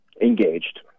Engaged